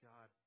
God